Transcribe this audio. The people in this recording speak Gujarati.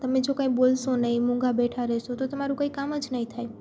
તમે જો કાંઈ બોલશો નહીં મૂંગા બેઠા રહેશો તો તમારું કાંઈ કામ જ નહીં થાય